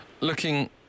Looking